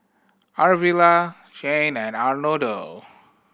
Arvilla Cain and Arnoldo